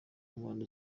mpande